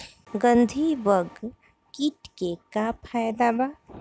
गंधी बग कीट के का फायदा बा?